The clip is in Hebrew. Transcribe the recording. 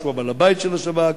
שהוא בעל הבית של השב"כ,